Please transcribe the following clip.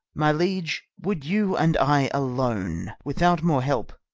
my liege, would you and i alone, without more helpe,